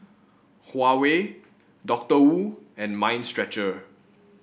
Huawei Doctor Wu and Mind Stretcher